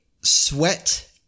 sweat